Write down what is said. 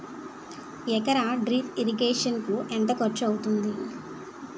ఎకర drip irrigation కి ఎంత ఖర్చు అవుతుంది?